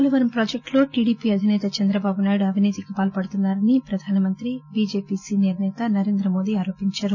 పోలవరం ప్రాజెక్షులో టిడిపి అధిసేత చంద్రబాబునాయుడు అవినీతికి పాల్సడుతున్నా రని ప్రధానమంత్రి బిజెపి సీనియర్ సేత నరేంద్రమోదీ ఆరోపించారు